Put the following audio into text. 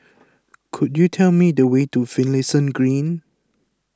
could you tell me the way to Finlayson Green